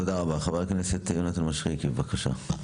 תודה רבה, חבר הכנסת יונתן מישרקי, בבקשה.